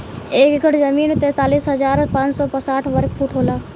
एक एकड़ जमीन तैंतालीस हजार पांच सौ साठ वर्ग फुट होला